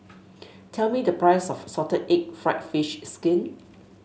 tell me the price of Salted Egg fried fish skin